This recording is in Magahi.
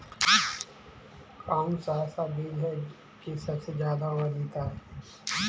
कौन सा ऐसा बीज है की सबसे ज्यादा ओवर जीता है?